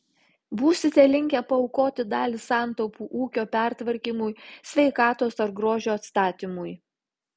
būsite linkę paaukoti dalį santaupų ūkio pertvarkymui sveikatos ar grožio atstatymui